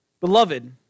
Beloved